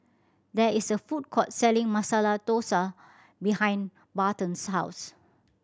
there is a food court selling Masala Dosa behind Barton's house